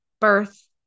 birth